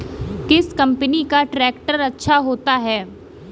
किस कंपनी का ट्रैक्टर अच्छा होता है?